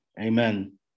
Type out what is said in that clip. Amen